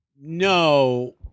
No